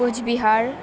Cooch Behar